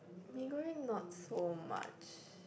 Mee-Goreng not so much